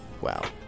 Wow